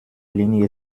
linie